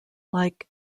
like